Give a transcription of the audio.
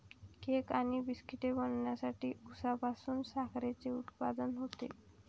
cake आणि बिस्किटे बनवण्यासाठी उसापासून साखरेचे उत्पादन होते